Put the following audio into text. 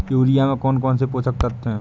Urea में कौन कौन से पोषक तत्व है?